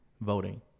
voting